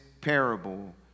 parable